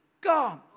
gone